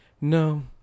No